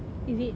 is it